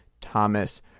Thomas